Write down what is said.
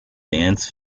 dance